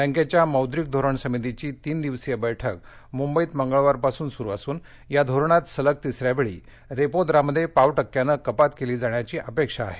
बँकेच्या मौद्रिक धोरण समितीची तीन दिवसीय बैठक मुद्धित माळिवारपासून सुरु असून या धोरणात सलग तिसऱ्या वेळी रेपो दरामध्ये पाव टक्क्यानक् कपात केली जाण्याची अपेक्षा आहे